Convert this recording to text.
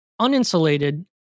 uninsulated